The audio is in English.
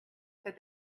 said